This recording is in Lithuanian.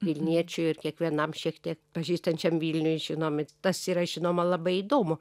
vilniečiui ir kiekvienam šiek tiek pažįstančiam vilnių žinomi tas yra žinoma labai įdomu